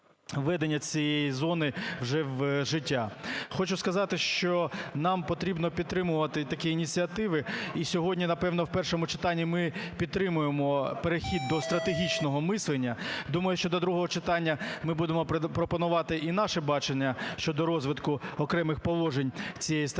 введення цієї зони вже в життя. Хочу сказати, що нам потрібно підтримувати такі ініціативи і сьогодні, напевно, в першому читанні ми підтримаємо перехід до стратегічного мислення. Думаю, що до другого читання ми будемо пропонувати і наше бачення щодо розвитку окремих положень цієї стратегії.